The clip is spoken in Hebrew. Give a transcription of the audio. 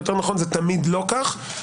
יותר נכון: זה תמיד לא כך,